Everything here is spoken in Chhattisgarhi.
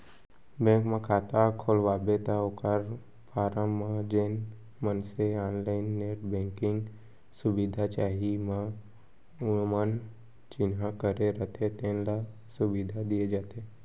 बेंक म खाता खोलवाबे त ओकर फारम म जेन मनसे ऑनलाईन नेट बेंकिंग सुबिधा चाही म जउन चिन्हा करे रथें तेने ल सुबिधा दिये जाथे